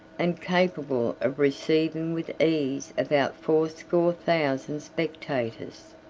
and capable of receiving with ease about fourscore thousand spectators.